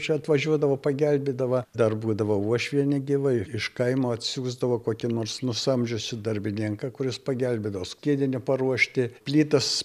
čia atvažiuodavo pagelbėdavo dar būdavo uošvienė gyvai iš kaimo atsiųsdavo kokį nors nusamdžiusi darbininką kuris pagelbėdavo skiedinį paruošti plytas